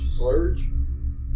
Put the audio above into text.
Slurge